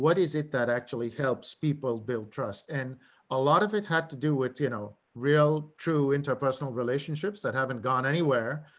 is it that actually helps people build trust and a lot of it had to do with, you know, real true interpersonal relationships that haven't gone anywhere.